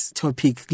topic